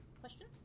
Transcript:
Question